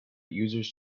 users